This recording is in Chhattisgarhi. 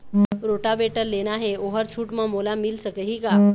रोटावेटर लेना हे ओहर छूट म मोला मिल सकही का?